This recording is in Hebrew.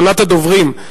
ראשונת הדוברים,